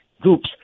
groups